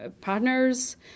partners